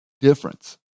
difference